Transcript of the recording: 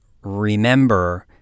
remember